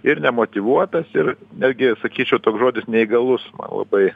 ir nemotyvuotas ir netgi sakyčiau toks žodis neįgalus man labai